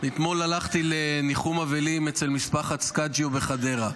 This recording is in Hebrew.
שאתמול הלכתי לניחום אבלים אצל משפחת סקאג'יו בחדרה,